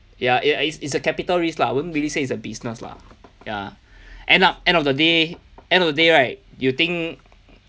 ya it is it's a capital risk lah I wouldn't really say it's a business lah ya end up end of the day end of the day right you think